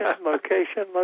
location